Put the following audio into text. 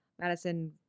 Madison